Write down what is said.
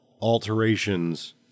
alterations